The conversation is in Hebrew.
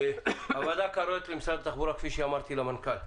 הוועדה קוראת למשרד התחבורה, כפי שאמרתי למנכ"ל,